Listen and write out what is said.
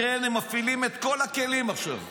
הם מפעילים את כל הכלים עכשיו,